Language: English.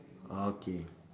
okay